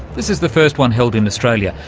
this is the first one held in australia,